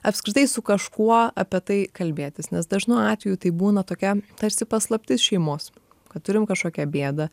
apskritai su kažkuo apie tai kalbėtis nes dažnu atveju tai būna tokia tarsi paslaptis šeimos kad turim kažkokią bėdą